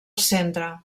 centre